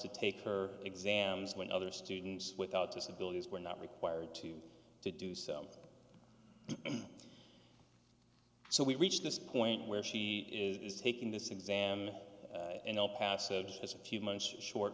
to take her exams when other students without disabilities were not required to to do so so we reached this point where she is taking this exam and el paso as a few months short